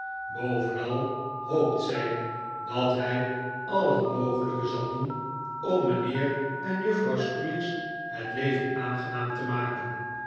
boyenal hoopt zij dat hij al het mogelijke zal doen om mijnheer en juffrouw squeers het leven aangenaam te maken